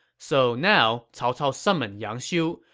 so now cao cao summoned yang xiu,